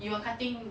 you're cutting